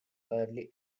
early